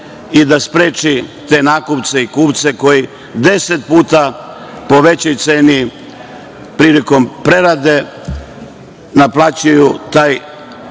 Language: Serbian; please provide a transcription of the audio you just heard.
i da spreči te nakupce i kupce koji po 10 puta većoj ceni prilikom prerade naplaćuju taj